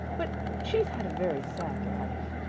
but she's had a very sad life.